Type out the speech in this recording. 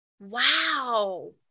Wow